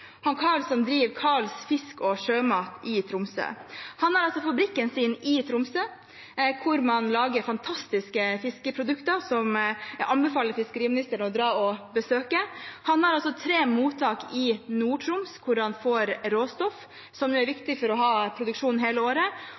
har fabrikken sin i Tromsø, der man lager fantastiske fiskeprodukter, og som jeg anbefaler fiskeriministeren å dra og besøke. Han har tre mottak i Nord-Troms, der han får råstoff, som er viktig for å ha produksjon hele året.